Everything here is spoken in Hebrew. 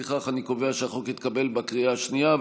לפיכך אני קובע שהחוק התקבל בקריאה השנייה.